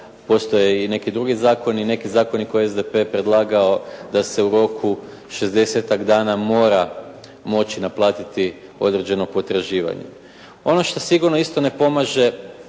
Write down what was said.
postoje i neki drugi zakoni i neki zakoni koje je SDP predlagao da se u roku 60-tak dana mora moći naplatiti određeno potraživanje. Ono što sigurno isto ne pomaže